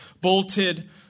bolted